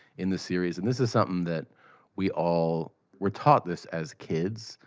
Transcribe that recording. in the series, and this is something that we all were taught this as kids,